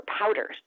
powders